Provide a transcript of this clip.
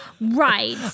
Right